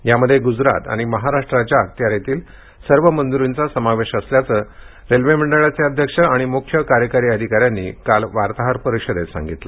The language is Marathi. यामध्ये गुजरात आणि महाराष्ट्राच्या अखत्यारितील सर्व मंजूरींचा समावेश असल्याचं रेल्वे मंडळाचे अध्यक्ष आणि मुख्य कार्यकारी अधिकाऱ्यांनी काल वार्ताहर परिषदेत सांगितलं